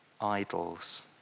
idols